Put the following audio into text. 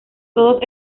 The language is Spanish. todos